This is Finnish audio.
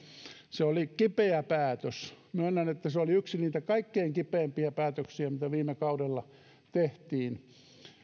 se oli kipeä päätös myönnän että se oli yksi kaikkein kipeimpiä päätöksiä mitä viime kaudella tehtiin